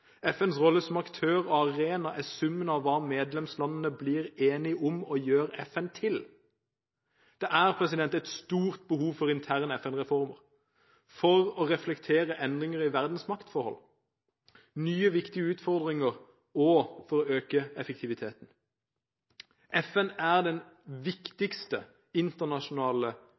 FNs rolle som aktør og arena er summen av hva medlemslandene blir enige om å gjøre FN til. Det er et stort behov for interne FN-reformer for å reflektere endringer i verdens maktforhold, og nye, viktige utfordringer for å øke effektiviteten. FN er den viktigste internasjonale